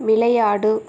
விளையாடு